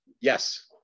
Yes